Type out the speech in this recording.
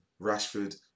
Rashford